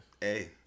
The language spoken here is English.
Hey